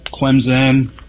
Clemson